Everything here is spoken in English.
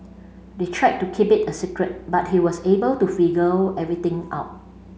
they tried to keep it a secret but he was able to figure everything out